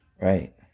Right